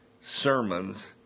sermons